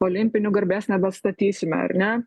olimpinių garbės nebestatysime ar ne